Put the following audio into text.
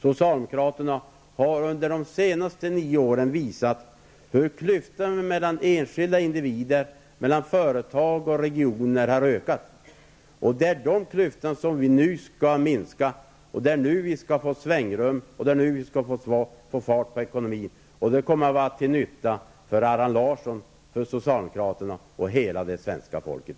Socialdemokraterna har under de senaste nio åren visat hur klyftorna mellan enskilda individer, mellan företag och regioner har ökat. Det är de klyftorna som vi nu skall minska, det är nu vi skall få svängrum och det är nu vi skall få fart på ekonomin. Det kommer att vara till nytta för Allan Larsson, för socialdemokraterna och för hela det svenska folket.